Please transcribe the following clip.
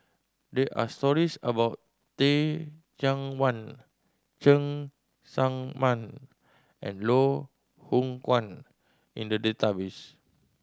there are stories about Teh Cheang Wan Cheng Tsang Man and Loh Hoong Kwan In the database